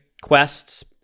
quests